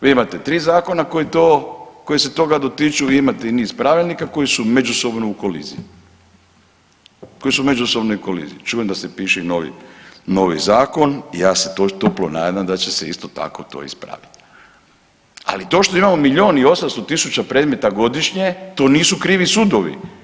Vi imate 3 zakona koji to, koji se toga dotiču, vi imate i niz pravilnika koji su međusobno u koliziji, koji su u međusobnoj koliziji, čujem i da se piše i novi zakon, ja se toplo nadam da će se isto tako to ispraviti, ali to što imamo milijun i 800 tisuća predmeta godišnje, to nisu krivi sudovi.